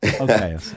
Okay